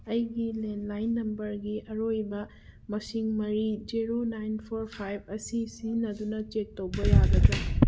ꯑꯩꯒꯤ ꯂꯦꯟꯂꯥꯏꯟ ꯅꯝꯕꯔꯒꯤ ꯑꯔꯣꯏꯕ ꯃꯁꯤꯡ ꯃꯔꯤ ꯖꯦꯔꯣ ꯅꯥꯏꯟ ꯐꯣꯔ ꯐꯥꯏꯚ ꯑꯁꯤ ꯁꯤꯖꯤꯟꯅꯗꯨꯅ ꯆꯦꯛ ꯇꯧꯕ ꯌꯥꯒꯗ꯭ꯔ